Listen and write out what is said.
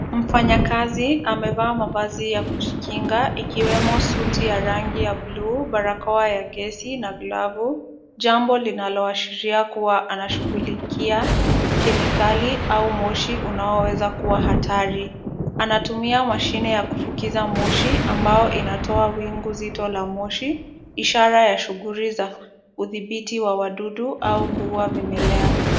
Mfanyakazi amevaa mavazi ya kujikinga ikiwemo suti ya rangi ya buluu, barakoa ya gesi na glavu, jambo linaloashiria kuwa anashughulikia kemikali au moshi unaweza kuwa hatari. Anatumia mashine ya kufukiza moshi ambao inatoa wingu zito la moshi. Ishara ya shughuli za udhibiti wa wadudu au kuua vimelea.